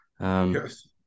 Yes